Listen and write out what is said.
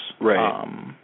Right